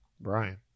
Brian